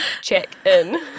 Check-in